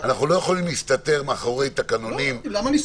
אנחנו לא יכולים להסתתר מאחורי תקנונים --- למה להסתתר?